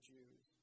Jews